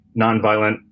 nonviolent